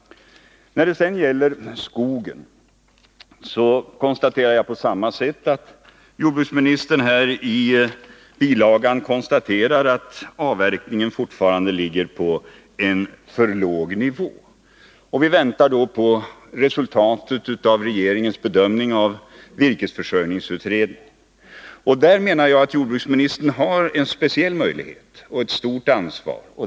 När det sedan gäller skogsbruket konstaterar jag på samma sätt att jordbruksministern här i budgetpropositionen säger att avverkningen fortfarande ligger på en för låg nivå. Vi väntar då på resultatet av regeringens bedömning av virkesförsörjningsutredningen. Här menar jag att jordbruksministern har en speciell möjlighet och ett speciellt ansvar.